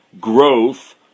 growth